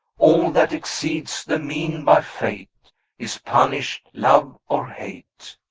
all that exceeds the mean by fate is punished, love or hate.